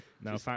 no